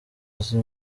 azi